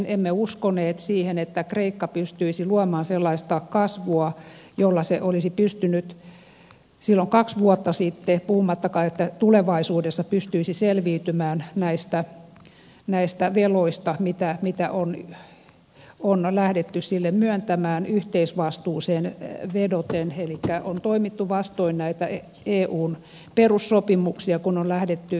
emme uskoneet siihen että kreikka pystyisi luomaan sellaista kasvua jolla se olisi pystynyt silloin kaksi vuotta sitten puhumattakaan tulevaisuudessa selviytymään näistä veloista jotka on lähdetty sille myöntämään yhteisvastuuseen vedoten elikkä on toimittu vastoin eun perussopimuksia kun on lähdetty kreikkaa tukemaan